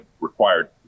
required